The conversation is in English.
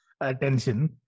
attention